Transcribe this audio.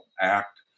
act